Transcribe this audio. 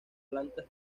plantas